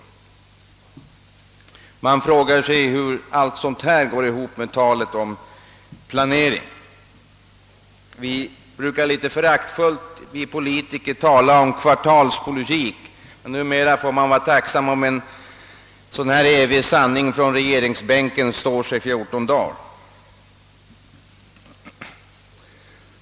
Hur går detta ihop med talet om planering? Vi politiker brukar litet föraktfullt tala om kvartalspolitik, men numera får vi vara tacksamma om en evig sanning från regeringsbänken står sig i fjorton dagar.